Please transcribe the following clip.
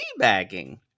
teabagging